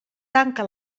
tanca